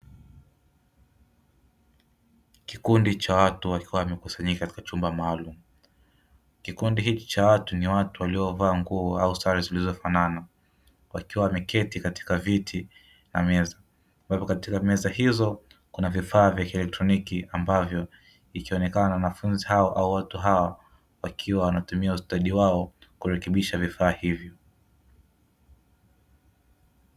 Kikundi cha watu wakiwa wamekusanyika katika chumba maalumu; kikundi hiki cha watu ni watu waliovaa nguo au sare zilizofanana, wakiwa wameketi katika viti na meza, ambapo katika meza hizo kuna vifaa vya kielektroniki ambavyo ikionekana wanafunzi hawa au watu hawa wakiwa wanatumia ustadi wao kurekebisha vifaa hivyo.